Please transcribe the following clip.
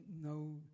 no